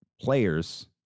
players